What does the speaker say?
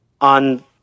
on